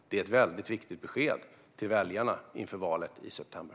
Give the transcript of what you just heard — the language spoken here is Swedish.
Det är ett väldigt viktigt besked till väljarna inför valet i september.